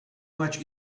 much